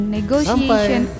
negotiation